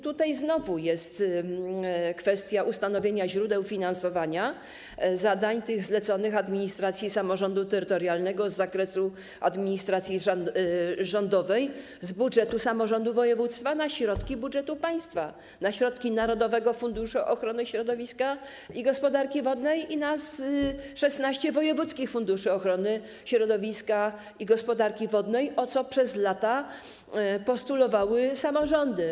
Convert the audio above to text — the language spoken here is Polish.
Tutaj znowu jest kwestia ustanowienia źródeł finansowania zadań, tych zleconych administracji samorządu terytorialnego z zakresu administracji rządowej, z budżetu samorządu województwa na środki budżetu państwa, na środki Narodowego Funduszu Ochrony Środowiska i Gospodarki Wodnej i 16 wojewódzkich funduszy ochrony środowiska i gospodarki wodnej, co przez lata postulowały samorządy.